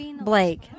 Blake